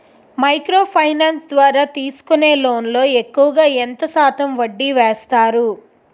Micro finance ద్వారా తీసుకునే loan పై ఎక్కువుగా ఎంత శాతం వడ్డీ వేస్తారు?